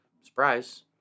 Surprise